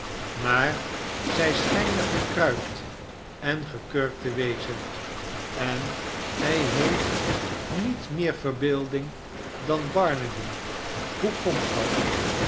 maar zij schijnen gekruikt en gekurkt te wezen en hij heeft met meer verbeelding dan barnaby hoe komt dat